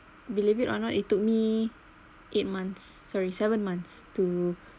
believe it or not it took me eight months sorry seven months to